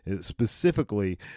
specifically